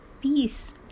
peace